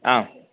आम्